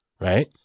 right